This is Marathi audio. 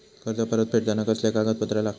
कर्ज परत फेडताना कसले कागदपत्र लागतत?